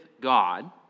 God